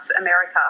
America